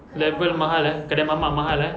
level mahal eh kedai mamak mahal eh